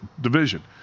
division